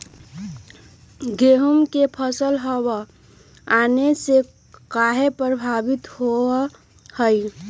गेंहू के फसल हव आने से काहे पभवित होई छई?